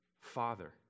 father